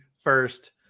first